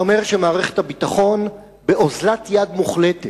אתה אומר שמערכת הביטחון באוזלת-יד מוחלטת.